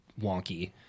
wonky